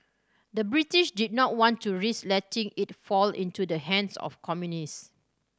the British did not want to risk letting it fall into the hands of communists